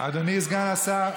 אדוני סגן השר,